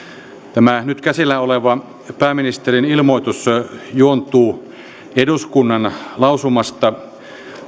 tämä nyt käsillä oleva pääministerin ilmoitus juontuu eduskunnan lausumasta